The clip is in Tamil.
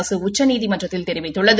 அரசு உச்சநீதிமன்றத்தில் தெரிவித்துள்ளது